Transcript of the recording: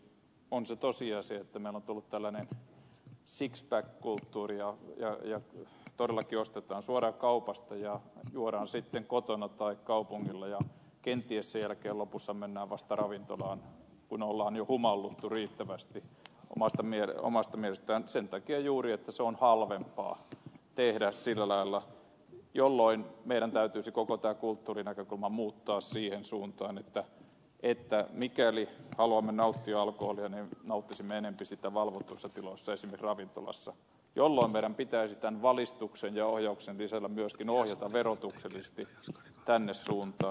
on se tosiasia että meille on tullut tällainen sixpack kulttuuri ja todellakin ostetaan suoraan kaupasta ja juodaan sitten kotona tai kaupungilla ja kenties vasta sen jälkeen lopussa mennään ravintolaan kun on jo humaltunut omasta mielestään riittävästi sen takia juuri että on halvempaa tehdä sillä lailla jolloin meidän täytyisi koko tämä kulttuurinäkökulma muuttaa siihen suuntaan että mikäli haluamme nauttia alkoholia niin nauttisimme enempi sitä valvotuissa tiloissa esimerkiksi ravintolassa jolloin meidän pitäisi tämän valistuksen ja ohjauksen lisänä myöskin ohjata verotuksellisesti tähän suuntaan